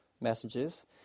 messages